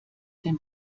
den